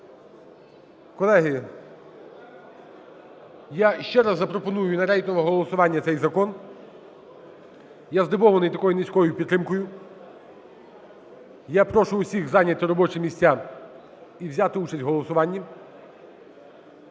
Колеги, я ще раз запропоную на рейтингове голосування цей закон. Я здивований такою низькою підтримкою. Я прошу всіх зайняти робочі місця і взяти участь в голосуванні.